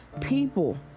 People